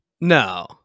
No